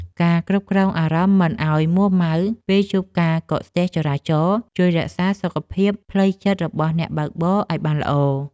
ការគ្រប់គ្រងអារម្មណ៍មិនឱ្យមួរម៉ៅពេលជួបការកកស្ទះចរាចរណ៍ជួយរក្សាសុខភាពផ្លូវចិត្តរបស់អ្នកបើកបរឱ្យបានល្អ។